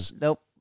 nope